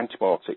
antibiotic